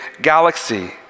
galaxy